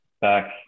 back